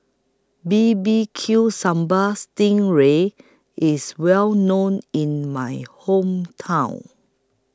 B B Q Sambal Sting Ray IS Well known in My Hometown